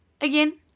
again